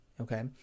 okay